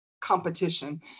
competition